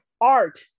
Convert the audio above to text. art